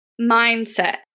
mindset